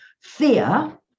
fear